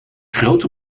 grote